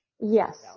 Yes